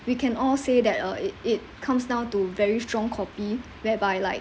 we can all say that uh it it comes down to very strong copy whereby like